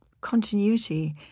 continuity